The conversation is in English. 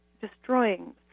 destroying